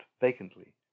vacantly